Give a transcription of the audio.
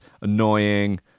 annoying